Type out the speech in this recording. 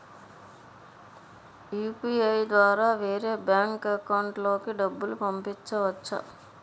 UPI ద్వారా వేరే bank account లోకి డబ్బులు పంపించవచ్చా?